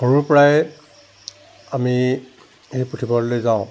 সৰুৰ পৰাই আমি সেই পুথিভঁৰাললৈ যাওঁ